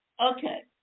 okay